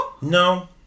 no